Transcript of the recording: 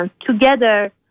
together